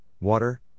Water